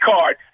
card